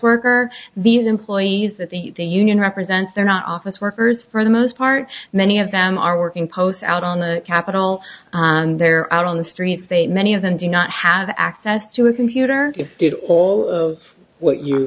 worker these employees that the union represent they're not office workers for the most part many of them are working posts out on the capitol and they're out on the streets they many of them do not have access to a computer if did all of what you